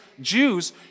Jews